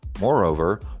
Moreover